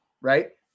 right